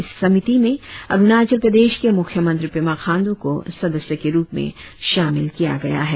इस समिति में अरुणाचल प्रदेश के मुख्यमंत्री पेमा खाण्ड्र को सदस्य के रुप में शामिल किया गया है